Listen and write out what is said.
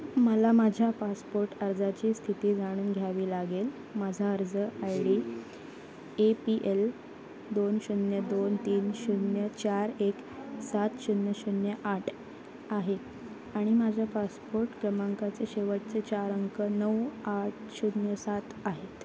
मला माझ्या पासपोर्ट अर्जाची स्थिती जाणून घ्यावी लागेल माझा अर्ज I D A P L दोन शून्य दोन तीन शून्य चार एक सात शून्य शून्य आठ आहे आणि माझ्या पासपोर्ट क्रमांकाचे शेवटचे चार अंक नऊ आठ शून्य सात आहेत